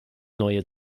neue